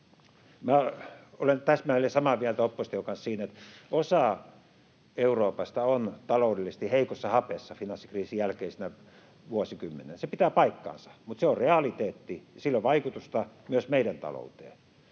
olen täsmälleen samaa mieltä opposition kanssa siinä, että osa Euroopasta on taloudellisesti heikossa hapessa finanssikriisin jälkeisenä vuosikymmenenä — se pitää paikkansa. Mutta se on realiteetti. Sillä on vaikutusta myös meidän talouteemme.